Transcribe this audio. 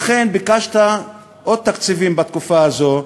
לכן ביקשת עוד תקציבים בתקופה הזאת,